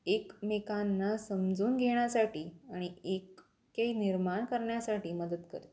एकमेकांना समजून घेण्यासाठी आणि एक की निर्माण करण्यासाठी मदत करते